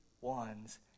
ones